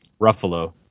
Ruffalo